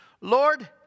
Lord